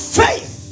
faith